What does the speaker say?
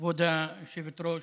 כבוד היושבת-ראש,